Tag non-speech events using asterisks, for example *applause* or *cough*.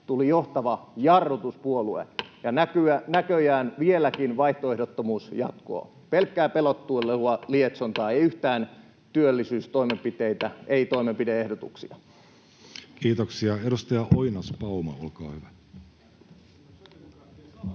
tuli johtava jarrutuspuolue. *noise* Ja näköjään vieläkin vaihtoehdottomuus jatkuu: pelkkää pelottelua ja lietsontaa, ei yhtään työllisyystoimenpiteitä, ei toimenpide-ehdotuksia. Kiitoksia. — Edustaja Oinas-Panuma, olkaa hyvä. Arvoisa